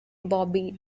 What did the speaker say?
bobby